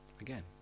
again